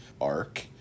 arc